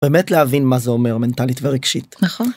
באמת להבין מה זה אומר, מנטלית ורגשית. נכון.